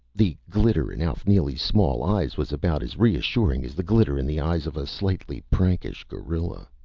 the glitter in alf neely's small eyes was about as reassuring as the glitter in the eyes of a slightly prankish gorilla.